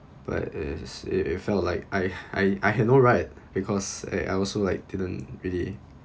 but it's it felt like I I I had no right because I also like didn't really